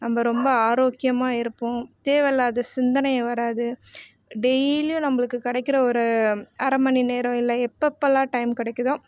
நம்ம ரொம்ப ஆரோக்கியமாக இருப்போம் தேவைல்லாத சிந்தனை வராது டெய்லியும் நம்மளுக்கு கிடைக்கிற ஒரு அரை மணி நேரம் இல்லை எப்பப்பெல்லாம் டைம் கிடைக்குதோ